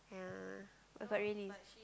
yeah but really